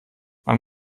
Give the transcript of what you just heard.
man